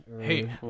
Hey